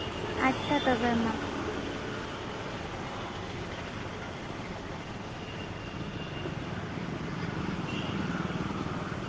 ᱟᱪᱪᱷᱟ ᱛᱚᱵᱮ ᱢᱟ